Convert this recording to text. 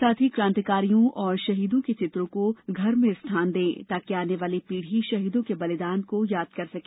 साथ ही क्रांतिकारियों और शहीदों के चित्रों को घर में स्थान दें ताकि आने वाली पीढ़ी शहीदों के बलिदान को याद कर सके